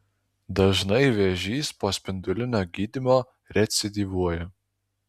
dažnai vėžys po spindulinio gydymo recidyvuoja